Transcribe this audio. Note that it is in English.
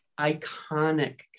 iconic